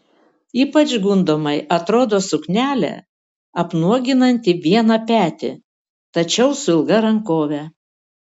ypač gundomai atrodo suknelė apnuoginanti vieną petį tačiau su ilga rankove